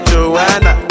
Joanna